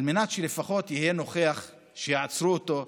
על מנת שהוא יהיה נוכח לפחות כשעצרו אותו,